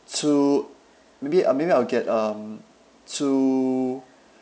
two maybe I'll maybe I'll get um two